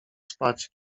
spać